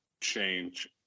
change